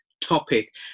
topic